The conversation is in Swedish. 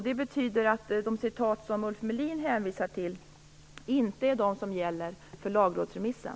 Det betyder att de citat som Ulf Melin hänvisar till inte är vad som gäller för lagrådsremissen.